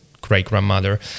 great-grandmother